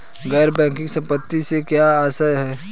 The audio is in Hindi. गैर बैंकिंग संपत्तियों से क्या आशय है?